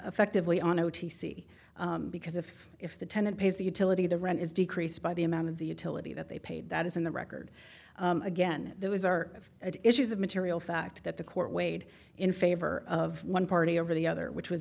effectively on o t c because if if the tenant pays the utility the rent is decreased by the amount of the utility that they paid that is in the record again those are issues of material fact that the court weighed in favor of one party over the other which was